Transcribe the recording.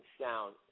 sound